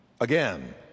Again